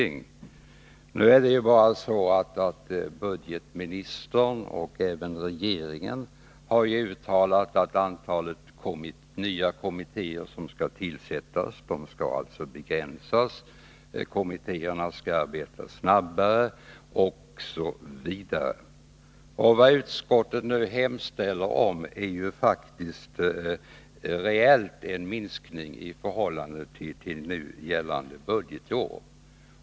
Nu är det bara så att budgetministern och även regeringen har uttalat att antalet nya kommittér skall begränsas, kommittéerna skall arbeta snabbare osv. Vad utskottet nu hemställer om är faktiskt reellt en minskning i förhållande till nu gällande budgetår.